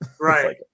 Right